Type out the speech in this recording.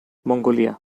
mongolia